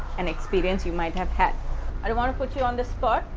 an experience you might have had i don't want to put you on the spot,